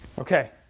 Okay